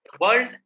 World